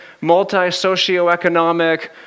multi-socioeconomic